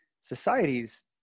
societies